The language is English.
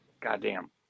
goddamn